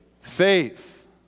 Faith